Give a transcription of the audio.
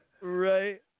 Right